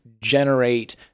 generate